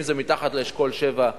מתחת לאשכול 7,